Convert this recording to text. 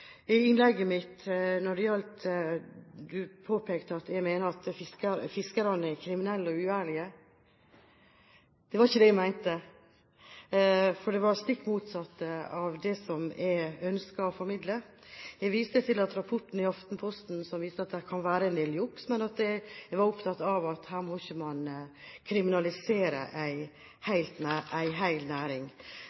i innlegget mitt, når hun påpekte at jeg mener at fiskerne er kriminelle og uærlige. Det var ikke det jeg mente, for det var det stikk motsatte av det jeg ønsket å formidle. Jeg viste til rapporten i Aftenposten, som viste til at det kan være en del juks, men jeg var opptatt av at her må man ikke kriminalisere